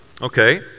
Okay